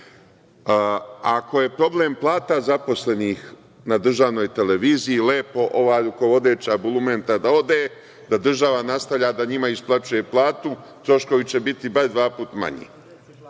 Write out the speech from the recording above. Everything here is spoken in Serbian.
Ako je problem plata zaposlenih na državnoj televiziji, lepo ova rukovodeća bulumenta da ode, da država nastavlja da njima isplaćuje platu, troškovi će biti bar dva puta manji